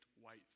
white